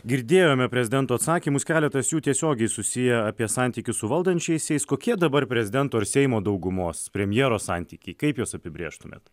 girdėjome prezidento atsakymus keletas jų tiesiogiai susiję apie santykius su valdančiaisiais kokie dabar prezidento ir seimo daugumos premjero santykiai kaip juos apibrėžtumėt